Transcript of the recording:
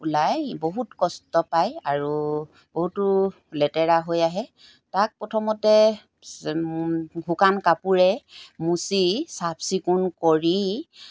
ওলাই বহুত কষ্ট পায় আৰু বহুতো লেতেৰা হৈ আহে তাক প্ৰথমতে শুকান কাপোৰে মুচি চাফ চিকুণ কৰি